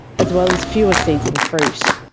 as well as fewer seeds and fruit.